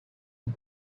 and